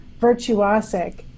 virtuosic